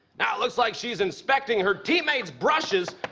now, it looks like she's inspecting her teammates' brushes.